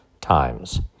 times